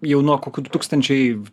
jau nuo kokių du tūkstančiai